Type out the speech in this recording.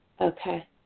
Okay